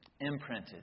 Imprinted